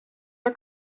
are